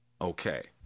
Okay